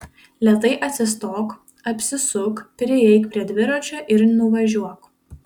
lėtai atsistok apsisuk prieik prie dviračio ir nuvažiuok